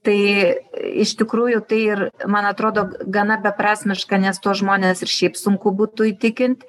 tai iš tikrųjų tai ir man atrodo gana beprasmiška nes tuos žmones ir šiaip sunku būtų įtikint